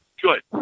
Good